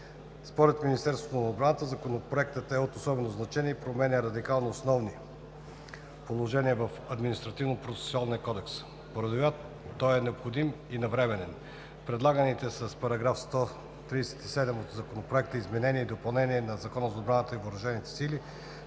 Според Министерството на отбраната Законопроектът е от особено значение и променя радикално основни положения в Административнопроцесуалния кодекс. Поради това той е необходим и навременен. Предлаганите с § 137 от Законопроекта изменения и допълнения на Закона за отбраната и въоръжените сили,